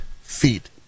feet